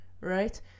right